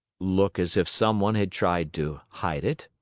look as if some one had tried to hide it?